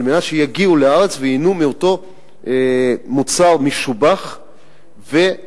על מנת שיגיעו לארץ וייהנו מאותו מוצר משובח וייעודי,